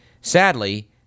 sadly